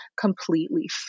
completely